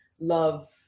love